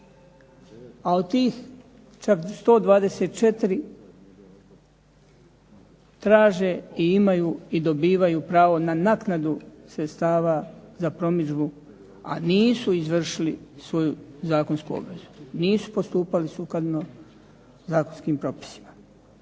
A od tih čak 124 traže i imaju i dobivaju pravo na naknadu sredstava za promidžbu, a nisu izvršili svoju zakonsku obvezu, nisu postupali sukladno zakonskih propisima.